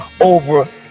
over